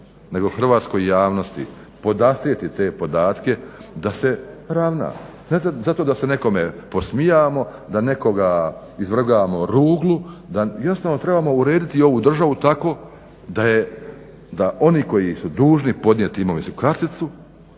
nego hrvatskoj javnosti podastrijeti te podatke da se ravna, ne zato da se nekome podsmijavamo, da nekoga izvrgavamo ruglu, da jasno trebamo urediti ovu državu tako da oni koji su dužni podnijet imovinsku karticu